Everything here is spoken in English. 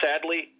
sadly